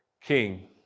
king